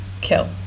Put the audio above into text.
Kill